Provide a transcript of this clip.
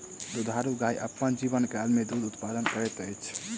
दुधारू गाय अपन जीवनकाल मे दूध उत्पादन करैत अछि